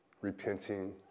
repenting